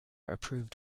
approved